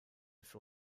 für